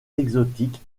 exotiques